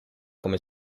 come